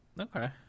Okay